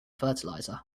fertilizer